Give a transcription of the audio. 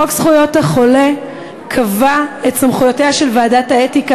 חוק זכויות החולה קבע את סמכויותיה של ועדת האתיקה